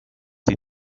die